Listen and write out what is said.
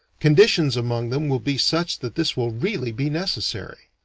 conditions among them will be such that this will really be necessary.